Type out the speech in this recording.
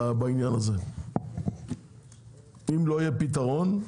אם לא יהיה פתרון,